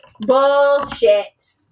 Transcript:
Bullshit